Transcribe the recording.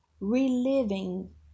reliving